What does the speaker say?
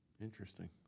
Interesting